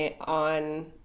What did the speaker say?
on